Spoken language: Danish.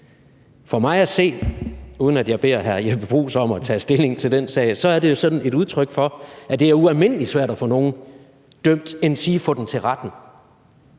For mig at se, uden at jeg beder hr. Jeppe Bruus om at tage stilling til den sag, er det et udtryk for, at det er ualmindelig svært at få nogen dømt, endsige få dem for retten.